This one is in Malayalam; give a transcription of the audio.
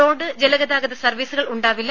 റോഡ് ജലഗതാഗത സർവീസുകൾ ഉണ്ടാവില്ല